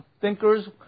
thinkers